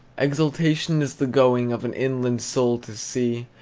exultation is the going of an inland soul to sea,